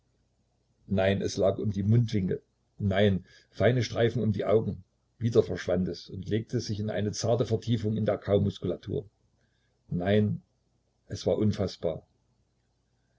nein es lag um die mundwinkel nein feine streifen um die augen wieder verschwand es und legte sich in eine zarte vertiefung in der kaumuskulatur nein es war unfaßbar